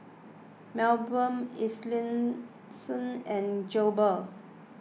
Milburn Ellison and Goebel